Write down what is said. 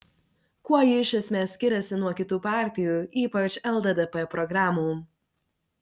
kuo ji iš esmės skiriasi nuo kitų partijų ypač lddp programų